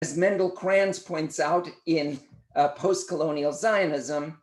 As Mendel Kranz points out in Postcolonial Zionism.